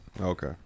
Okay